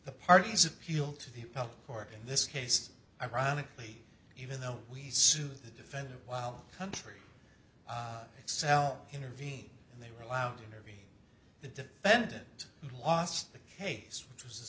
the parties appeal to the public or in this case ironically even though we sued the defendant while country excel intervene and they were allowed to intervene the defendant lost the case it was a